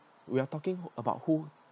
we are talking about who